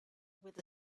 with